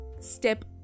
step